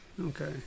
Okay